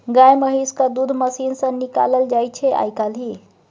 गाए महिषक दूध मशीन सँ निकालल जाइ छै आइ काल्हि